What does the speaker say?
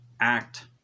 act